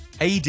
AD